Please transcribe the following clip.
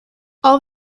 all